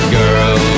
girl